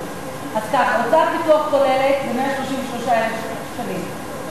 הוצאת פיתוח כוללת היא 133,000 שקלים,